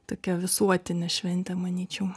tokia visuotinė šventė manyčiau